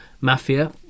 Mafia